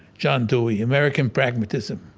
john dewey, american pragmatism.